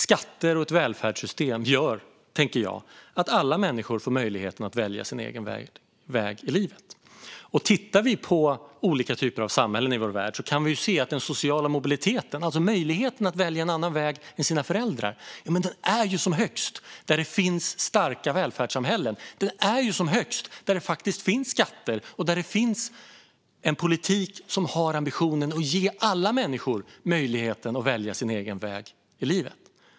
Skatter och ett välfärdssystem gör att alla människor får möjlighet att välja sin egen väg i livet. Om vi tittar på olika typer av samhällen i vår värld kan vi se att den sociala mobiliteten, det vill säga möjligheten att välja en annan väg än sina föräldrar, är som högst där det finns starka välfärdssamhällen. Den är som högst där det faktiskt finns skatter och en politik som har ambitionen att ge alla människor möjligheten att välja sin egen väg i livet.